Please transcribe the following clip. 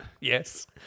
Yes